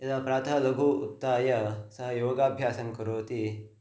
यदा प्रातः लघु उत्थाय सः योगाभ्यासं करोति